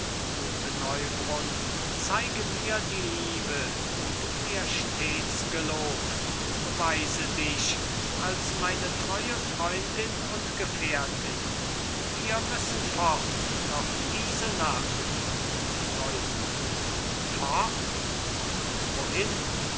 gute neubrunn zeige mir die liebe die du mir stets gelobt beweise dich als meine treue freundin und gefährtin wir müssen fort noch diese nacht neubrunn fort und wohin